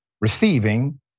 receiving